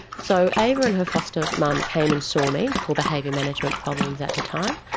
so ava and her foster mum came and saw me for behaviour management problems at the time,